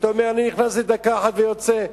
אתה אומר: אני נכנס לדקה אחת ויוצא.